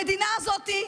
המדינה הזאת,